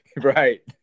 right